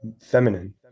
feminine